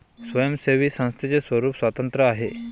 स्वयंसेवी संस्थेचे स्वरूप स्वतंत्र आहे